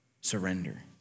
Surrender